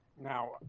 Now